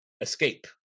escape